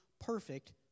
perfect